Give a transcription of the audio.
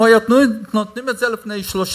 אם היו נותנים את זה לפני שלושה,